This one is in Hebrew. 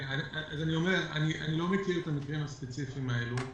אני לא מכיר את המקרים הספציפיים האלה.